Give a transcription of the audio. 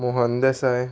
Mohan Desai